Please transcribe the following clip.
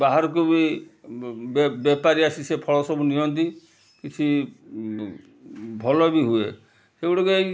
ବାହାରକୁ ବି ବେପାରୀ ଆସି ସେ ଫଳ ସବୁ ନିଅନ୍ତି କିଛି ଭଲ ବି ହୁଏ ସେ ଗୁଡ଼ିକ ଏଇ